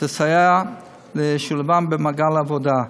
ותסייע לשילובם במעגל העבודה.